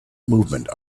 movement